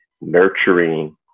nurturing